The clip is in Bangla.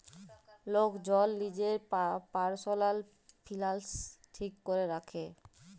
লক জল লিজের পারসলাল ফিলালস ঠিক ক্যরে রাখে